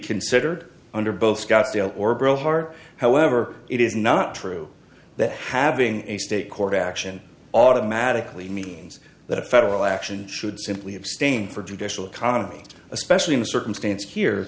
considered under both scottsdale or bill hart however it is not true that having a state court action automatically means that a federal action should simply abstain for judicial economy especially in a circumstance here